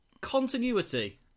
continuity